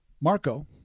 Marco